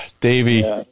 davy